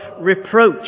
reproach